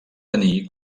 tenir